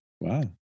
Wow